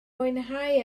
mwynhau